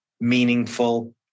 meaningful